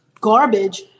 garbage